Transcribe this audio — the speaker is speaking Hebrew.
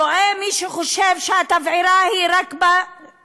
טועה מי שחושב שהתבערה היא רק בירושלים,